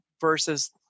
versus